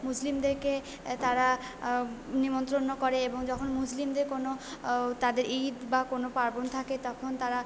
মুসলিমদেরকে তারা নিমন্ত্রন করে এবং যখন মুসলিমদের কোনো তাদের ঈদ বা কোনো পার্বণ থাকে তখন তারা